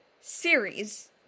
Series